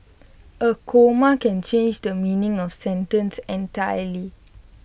A comma can change the meaning of sentence entirely